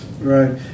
Right